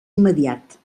immediat